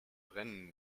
brennen